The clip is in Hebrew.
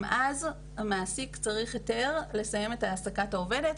גם אז המעסיק צריך היתר לסיים את העסקת העובדת.